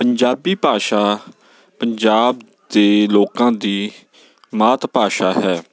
ਪੰਜਾਬੀ ਭਾਸ਼ਾ ਪੰਜਾਬ ਦੇ ਲੋਕਾਂ ਦੀ ਮਾਤ ਭਾਸ਼ਾ ਹੈ